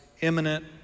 imminent